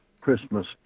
Christmas